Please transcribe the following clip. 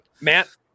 Matt